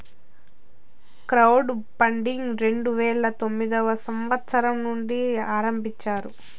crowd funding రెండు వేల తొమ్మిదవ సంవచ్చరం నుండి ఆరంభించారు